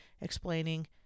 explaining